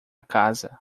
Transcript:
casa